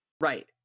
Right